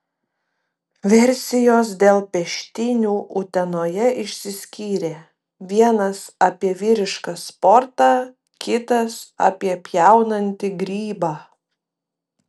versijos dėl peštynių utenoje išsiskyrė vienas apie vyrišką sportą kitas apie pjaunantį grybą